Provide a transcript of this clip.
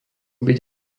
byť